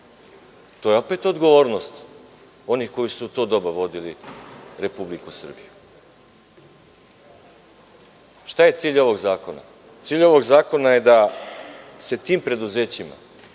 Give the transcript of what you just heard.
to je opet odgovornost onih koji su u to doba vodili Republiku Srbiju. Šta je cilj ovog zakona? Cilj ovog zakona je da se tim preduzećima,